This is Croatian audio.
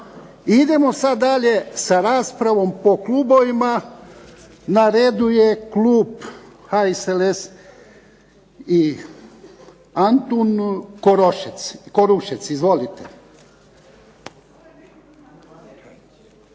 idemo sad dalje sa raspravom po klubovima. Na redu je klub HSLS i Antun Korušec. Izvolite.